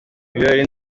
ibirori